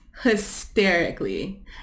hysterically